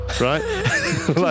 right